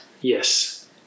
Yes